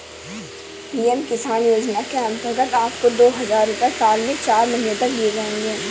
PM Kisan योजना के अंतर्गत आपको दो हज़ार रुपये साल में चार महीने तक दिए जाएंगे